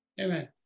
Amen